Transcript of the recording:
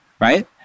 Right